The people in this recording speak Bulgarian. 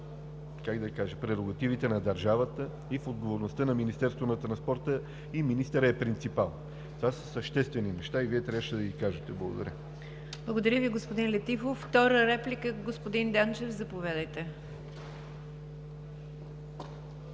изцяло в прерогативите на държавата, в отговорността на Министерството на транспорта и министърът е принципал. Това са съществени неща и Вие трябваше да ги кажете. Благодаря. ПРЕДСЕДАТЕЛ НИГЯР ДЖАФЕР: Благодаря Ви, господин Летифов. Втора реплика – господин Данчев, заповядайте.